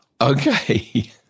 Okay